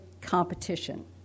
competition